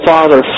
Father